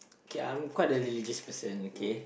okay I'm quite a religious person okay